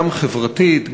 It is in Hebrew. גם חברתית,